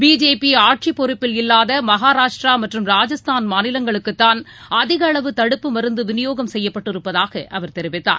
பிஜேபிஆட்சிப்பொறப்பில் இல்லாதமகாராஷ்டராமற்றும் மாநிலங்குளுக்குதான் ராஜஸ்தான் அதிகஅளவு தடுப்பு மருந்துவிநியோகம் செய்யப்பட்டிருப்பதாகஅவர் தெரிவித்தார்